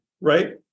right